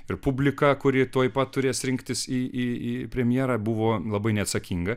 ir publiką kuri tuoj pat turės rinktis į į į premjerą buvo labai neatsakinga